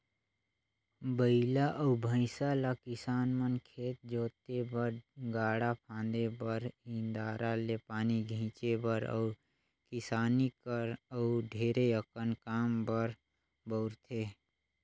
बइला अउ भंइसा ल किसान मन खेत जोते बर, गाड़ा फांदे बर, इन्दारा ले पानी घींचे बर अउ किसानी कर अउ ढेरे अकन काम बर बउरथे